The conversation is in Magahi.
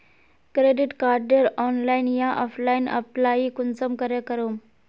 क्रेडिट कार्डेर ऑनलाइन या ऑफलाइन अप्लाई कुंसम करे करूम?